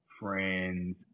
friends